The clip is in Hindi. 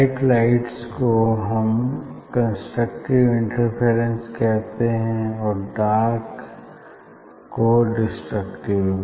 ब्राइट लाइन्स को हम कंस्ट्रक्टिव इंटरफेरेंस कहते हैं और डार्क को डेसट्रक्टिव